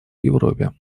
европе